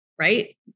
right